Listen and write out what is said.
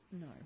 no